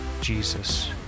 Jesus